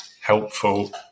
helpful